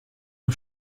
nur